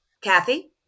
Kathy